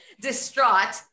distraught